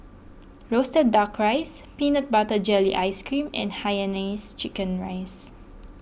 Roasted Duck Rice Peanut Butter Jelly Ice Cream and Hainanese Chicken Rice